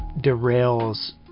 derails